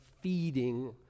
feeding